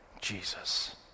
Jesus